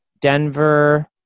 Denver